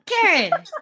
Karen